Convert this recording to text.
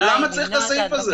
למה צריך את הסעיף הזה?